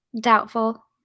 Doubtful